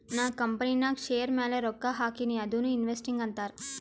ನಾ ಕಂಪನಿನಾಗ್ ಶೇರ್ ಮ್ಯಾಲ ರೊಕ್ಕಾ ಹಾಕಿನಿ ಅದುನೂ ಇನ್ವೆಸ್ಟಿಂಗ್ ಅಂತಾರ್